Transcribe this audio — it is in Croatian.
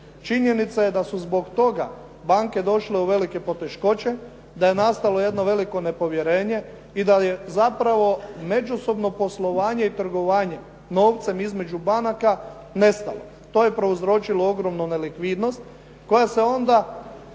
Činjenica je da su zbog toga banke došle u velike poteškoće, da je nastalo jedno veliko nepovjerenje i da je zapravo međusobno poslovanje i trgovanje novcem između banaka nestalo. To je prouzročilo ogromnu nelikvidnost koja se onda,